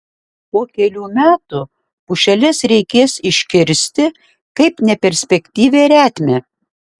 po kelių metų pušeles reikės iškirsti kaip neperspektyvią retmę